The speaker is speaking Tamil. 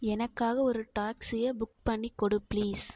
எனக்காக ஒரு டாக்ஸியை புக் பண்ணிக் கொடு பிளீஸ்